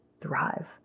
thrive